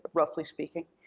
roughly speaking.